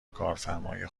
کارفرمای